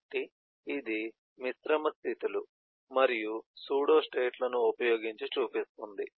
కాబట్టి ఇది మిశ్రమ స్థితులు మరియు సూడోస్టేట్లను ఉపయోగించి చూపిస్తుంది